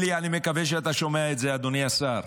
אלי, אני מקווה שאתה שומע את זה, אדוני השר.